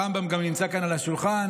הרמב"ם גם נמצא כאן על השולחן,